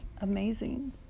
amazing